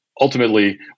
ultimately